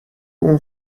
اون